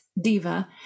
diva